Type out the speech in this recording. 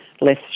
less